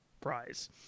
prize